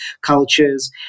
cultures